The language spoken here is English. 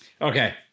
Okay